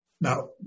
Now